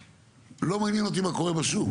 לא מעניין אותי מה קורה בשוק,